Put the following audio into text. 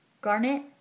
garnet